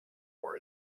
for